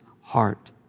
heart